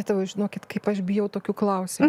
žinokit kaip aš bijau tokių klausimų